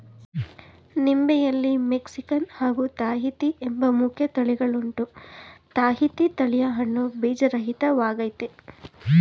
ನಿಂಬೆಯಲ್ಲಿ Mexican ಹಾಗೂ Tahiti ಎಂಬ ಮುಖ್ಯ ತಳಿಗಳುಂಟು ತಾಹಿತಿ ತಳಿಯ ಹಣ್ಣು ಬೀಜರಹಿತ ವಾಗಯ್ತೆ